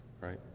right